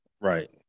Right